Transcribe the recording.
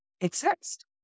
exist